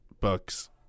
books